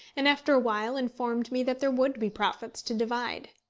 and after a while informed me that there would be profits to divide.